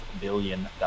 billion